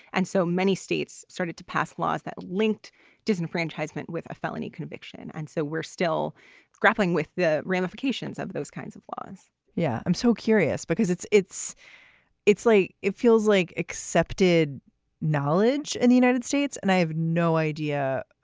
and so many states started to pass laws that linked disenfranchisement with a felony conviction. and so we're still grappling with the ramifications of those kinds of laws yeah. i'm so curious, because it's it's it's late. it feels like accepted knowledge in and the united states. and i have no idea.